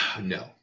No